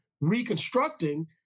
reconstructing